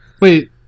Wait